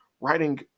writing